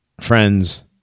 Friends